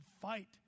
fight